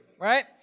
right